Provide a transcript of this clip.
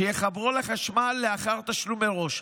שיחברו לחשמל לאחר תשלום מראש.